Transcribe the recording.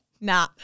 Nah